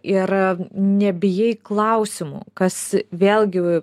ir nebijai klausimų kas vėlgi